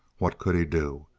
what could he do?